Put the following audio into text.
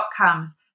outcomes